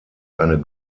eine